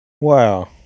Wow